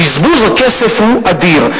בזבוז הכסף הוא אדיר.